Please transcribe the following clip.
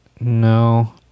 No